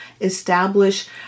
establish